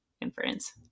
inference